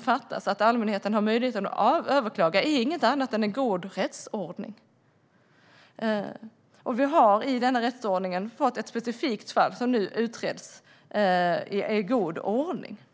säkra att allmänheten har möjlighet att överklaga de beslut som fattas. Det är inget annat än en god rättsordning. I denna rättsordning har vi fått ett specifikt fall som nu utreds i god ordning.